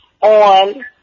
on